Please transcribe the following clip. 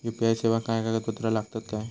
UPI सेवाक काय कागदपत्र लागतत काय?